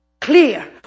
Clear